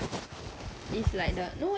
it's like that